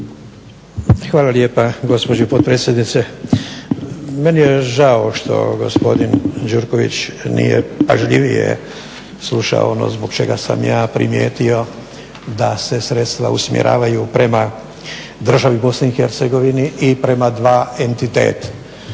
Hvala lijepa gospođo potpredsjednice. Meni je žao što gospodin Gjurković nije pažljivije slušao ono zbog čega sam ja primijetio da se sredstva usmjeravaju prema državi BiH i prema dva entiteta,